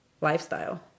lifestyle